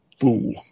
fool